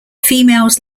females